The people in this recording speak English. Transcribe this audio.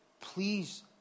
please